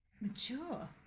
mature